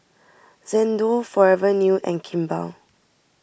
Xndo Forever New and Kimball